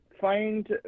find